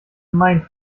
mein